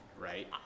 right